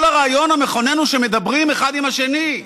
כל הרעיון המכונן הוא שמדברים אחד עם השני.